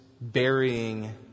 burying